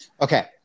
Okay